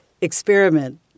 experiment